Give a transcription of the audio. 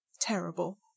terrible